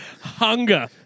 hunger